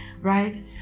Right